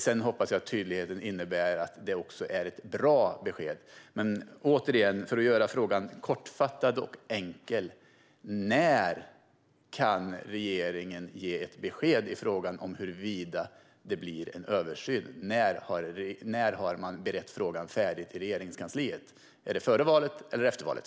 Sedan hoppas jag att tydligheten innebär att det också är ett bra besked, men återigen, för att göra frågan kortfattad och enkel: När kan regeringen ge ett besked i frågan huruvida det blir en översyn? När har man berett färdigt frågan i Regeringskansliet? Är det före valet eller efter valet?